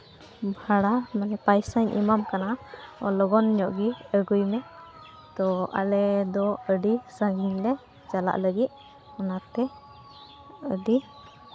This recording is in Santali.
ᱵᱷᱟᱲᱟ ᱯᱚᱭᱥᱟᱧ ᱮᱢᱟᱢ ᱠᱟᱱᱟ ᱞᱚᱜᱚᱱ ᱧᱚᱜ ᱜᱮ ᱟᱹᱜᱩᱭ ᱢᱮ ᱛᱚ ᱟᱞᱮ ᱫᱚ ᱟᱹᱰᱤ ᱥᱟᱺᱜᱤᱧ ᱞᱮ ᱪᱟᱞᱟᱜ ᱞᱟᱹᱜᱤᱫ ᱚᱱᱟᱛᱮ ᱟᱹᱰᱤ